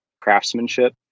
craftsmanship